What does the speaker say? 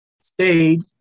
stayed